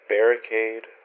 Barricade